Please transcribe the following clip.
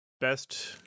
best